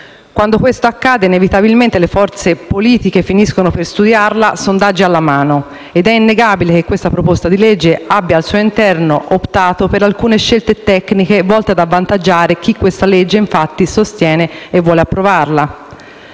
Quando questo accade, inevitabilmente le forze politiche finiscono per studiarla sondaggi alla mano. Ed è innegabile che questa proposta di legge abbia al suo interno optato per alcune scelte tecniche volte ad avvantaggiare chi questa legge infatti sostiene e vuole approvare.